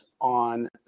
on